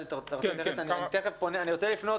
אני רוצה לפנות